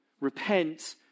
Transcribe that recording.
Repent